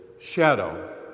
shadow